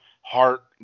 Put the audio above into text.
heart